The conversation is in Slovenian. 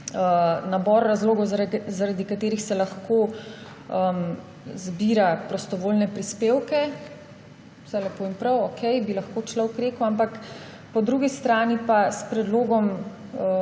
nabor razlogov, zaradi katerih se lahko zbira prostovoljne prispevke, vse lepo in prav, okej, bi lahko človek rekel. Ampak po drugi strani pa s predlogom